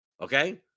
Okay